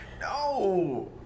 No